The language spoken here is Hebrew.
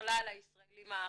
ככלל הישראלים האחרים.